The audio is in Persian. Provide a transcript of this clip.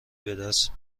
بدست